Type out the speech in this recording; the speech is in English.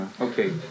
Okay